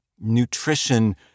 nutrition